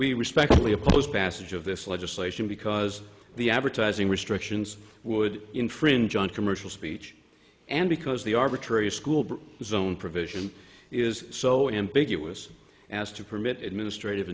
we respectfully oppose passage of this legislation because the advertising restrictions would infringe on commercial speech and because the arbitrary school zone provision is so ambiguous as to permit administrative